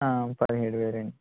పదిహేడు వేలు అండి